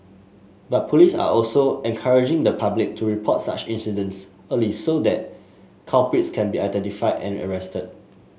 but police are also encouraging the public to report such incidents early so that culprits can be identified and arrested